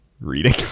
reading